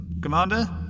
Commander